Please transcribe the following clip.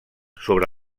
sobre